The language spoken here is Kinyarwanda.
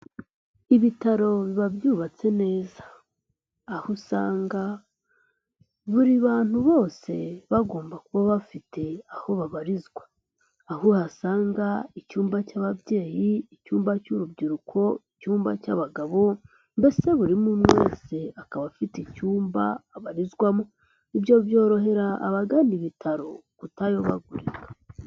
Ibitaro biba byubatse neza aho usanga buri bantu bose bagomba kuba bafite aho babarizwa, aho uhasanga icyumba cy'ababyeyi, icyumba cy'urubyiruko, icyumba cy'abagabo mbese buri umwe umwe wese akaba afite icyumba abarizwamo, ibyo byorohera abagana ibitaro kutayobagurika.